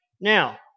Now